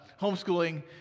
homeschooling